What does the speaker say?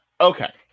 okay